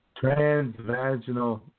Transvaginal